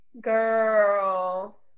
girl